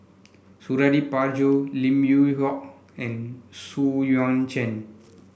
Suradi Parjo Lim Yew Hock and Xu Yuan Zhen